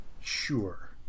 Sure